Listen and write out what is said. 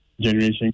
generation